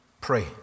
pray